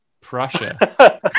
Prussia